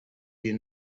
you